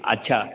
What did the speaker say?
अच्छा